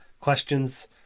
questions